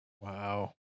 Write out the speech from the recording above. Wow